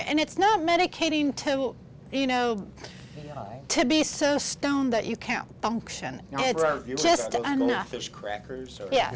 and it's not medicating to you know to be so stoned that you can't function y